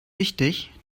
wichtig